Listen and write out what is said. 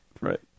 Right